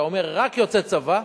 ומשאיר רק את הצבא,